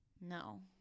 No